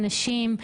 הנשים,